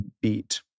beat